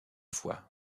fois